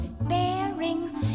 bearing